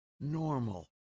normal